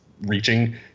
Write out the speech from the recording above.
reaching